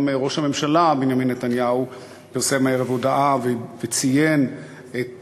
גם ראש הממשלה בנימין נתניהו פרסם הערב הודעה וציין את